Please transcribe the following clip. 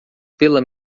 pela